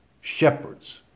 shepherds